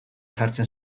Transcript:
jartzen